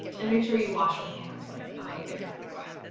and make sure you wash your hands when you're done putting your food away.